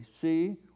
see